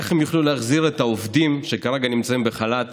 איך הם יוכלו להחזיר את העובדים שכרגע נמצאים בחל"ת